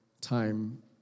time